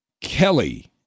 Kelly